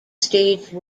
stage